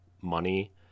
money